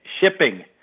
shipping